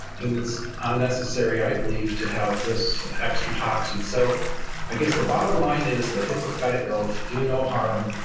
and it's unnecessary, i believe to have this extra toxins. so i guess the bottom line is the hippocratic oath, do no harm.